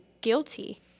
guilty